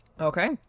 Okay